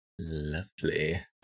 Lovely